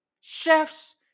Chef's